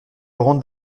rendre